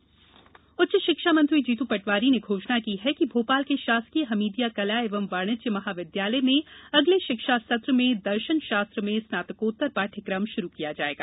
जीतू पटवारी उच्च शिक्षा मंत्री जीत् पटवारी ने घोषणा की है कि भोपाल के शासकीय हमीदिया कला एवं वाणिज्य महाविद्यालय में अगले शिक्षा सत्र में दर्शन शास्त्र में स्नातकोत्तर पाठ्यक्रम शुरू किया जाएगा